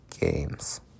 Games